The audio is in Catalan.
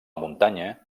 muntanya